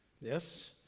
Yes